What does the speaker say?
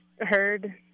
heard